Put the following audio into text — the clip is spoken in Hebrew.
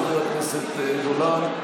חבר הכנסת גולן,